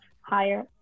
higher